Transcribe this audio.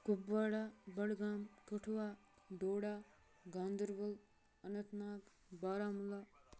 Kupwara Budgam Kathua Doda Ganderbal Anantnag Baramulla